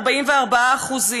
ל-44%.